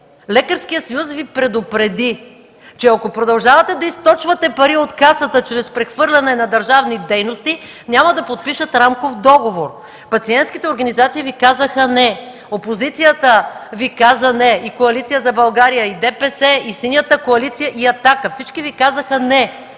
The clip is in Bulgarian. Лекарският съюз Ви предупреди, че ако продължавате да източвате пари от Касата чрез прехвърляне на държавни дейности, няма да подпишат Рамков договор. Пациентските организации Ви казаха „не”, опозицията Ви каза „не” – и Коалиция за България, и Движението за права и свободи, и Синята